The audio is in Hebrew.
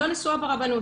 לא נשואה ברבנות,